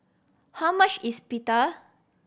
how much is Pita